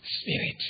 spirit